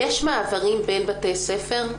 יש מעברים בין בתי הספר?